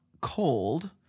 cold